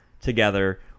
together